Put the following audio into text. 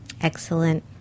Excellent